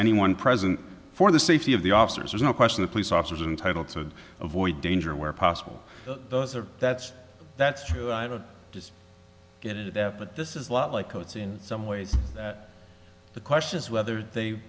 anyone present for the safety of the officers there's no question the police officers entitle to avoid danger where possible those are that's that's true i don't just get it but this is a lot like oh it's in some ways that the question is whether they